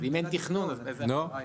אז אם אין תכנון איזה הסדרה יש?